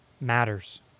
matters